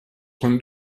con